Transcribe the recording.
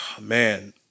man